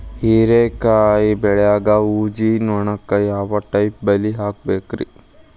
ಹೇರಿಕಾಯಿ ಬೆಳಿಯಾಗ ಊಜಿ ನೋಣಕ್ಕ ಯಾವ ಟೈಪ್ ಬಲಿ ಹಾಕಬೇಕ್ರಿ?